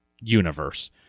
universe